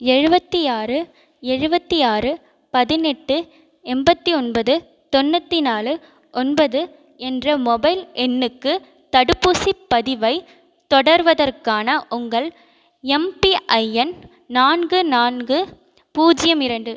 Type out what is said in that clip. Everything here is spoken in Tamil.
எழுபத்தி ஆறு எழுபத்தி ஆறு பதினெட்டு எண்பத்தி ஒன்பது தொண்ணூற்றி நாலு ஒன்பது என்ற மொபைல் எண்ணுக்கு தடுப்பூசி பதிவை தொடர்வதற்கான உங்கள் எம்பிஐஎன் நான்கு நான்கு பூஜ்ஜியம் இரண்டு